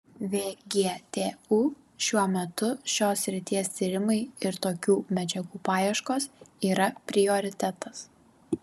vgtu šiuo metu šios srities tyrimai ir tokių medžiagų paieškos yra prioritetas